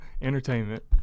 entertainment